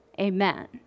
amen